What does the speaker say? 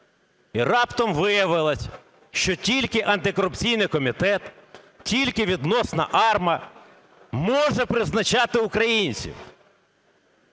І раптом виявилось, що тільки антикорупційний комітет тільки відносно АРМА може призначати українців.